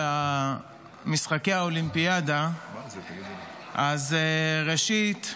יתחילו משחקי האולימפיאדה, אז ראשית,